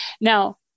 Now